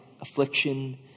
affliction